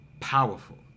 Powerful